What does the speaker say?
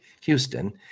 Houston